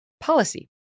Policy